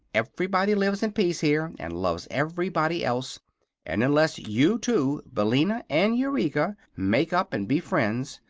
everybody lives in peace here, and loves everybody else and unless you two, billina and eureka, make up and be friends,